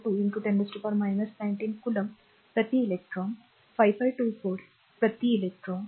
602 10 19 coulomb प्रति electron 5524 प्रति electron